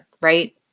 right